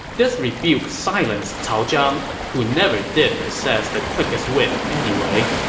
this rebuke silenced cao zhang, who never did possess the quickest wit anyway.